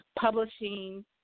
publishing